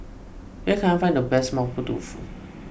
where can I find the best Mapo Tofu